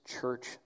church